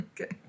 Okay